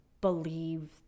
believe